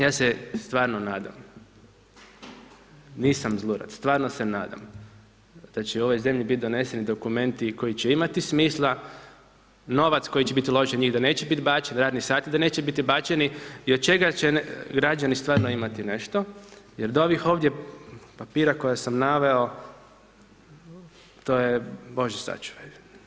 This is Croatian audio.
Ja se stvarno nadam, nisam zlurad, stvarno se nadam da će u ovoj zemlji biti doneseni dokumenti koji će imati smisla, novac koji će biti uložen u njih da neće biti bačen, da radni sati neće biti bačeni, i od čega će građani stvarno imati nešto jer od ovih ovdje papira koje sam naveo to je bože sačuvaj.